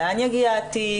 לאן יגיע התיק,